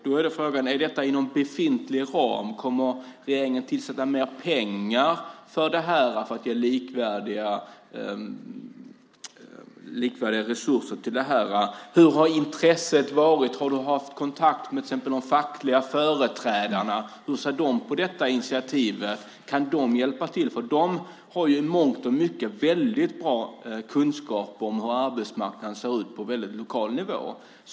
Då är frågan: Är detta inom befintlig ram? Kommer regeringen att tillsätta mer pengar för att ge likvärdiga resurser till det här? Hur har intresset varit? Har du haft kontakt med till exempel de fackliga företrädarna? Hur ser de på detta initiativ? Kan de hjälpa till? De har ju i mångt och mycket väldigt bra kunskap om hur arbetsmarknaden ser ut på lokal nivå.